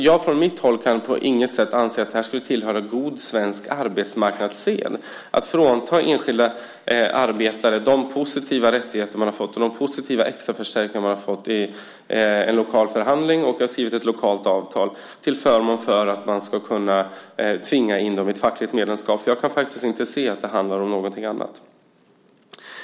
Jag från mitt håll kan på inget sätt anse att det skulle tillhöra god svensk arbetsmarknadssed att frånta enskilda arbetare de positiva rättigheter de har fått och de positiva extra förstärkningar de har fått i en lokal förhandling där de har skrivit ett lokalt avtal till förmån för att man ska kunna tvinga in dem i fackligt medlemskap. Jag kan faktiskt inte se att det handlar om någonting annat.